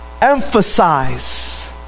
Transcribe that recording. emphasize